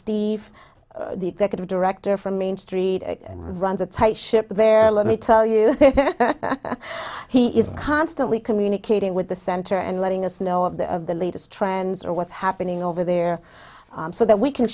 steve the executive director from main street runs a tight ship there let me tell you he is constantly communicating with the center and letting us know of the of the latest trends or what's happening over there so that we can